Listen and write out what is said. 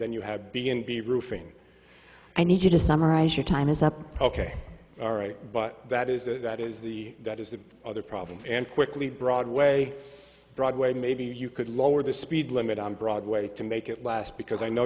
then you have begin to be roofing and you just summarize your time is up ok all right but that is the that is the that is the other problem and quickly broadway broadway maybe you could lower the speed limit on broadway to make it last because i know